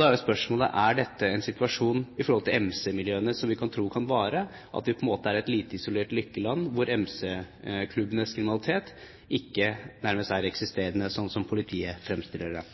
Da er spørsmålet: Er dette en situasjon knyttet til MC-miljøene som vi kan tro kan vare, at vi på en måte er et lite, isolert lykkeland hvor MC-klubbenes kriminalitet nærmest er ikke-eksisterende, slik politiet fremstiller det.